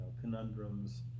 conundrums